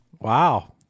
wow